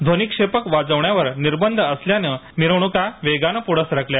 ध्वनिक्षेपक वाजवण्यावर निर्बंध असल्याने मिरवण्का वेगाने प्रढे सरकल्या